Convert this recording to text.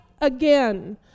again